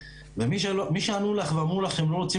ומי שענו לך ואמרו לך שהם לא רוצים